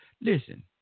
Listen